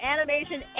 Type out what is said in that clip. Animation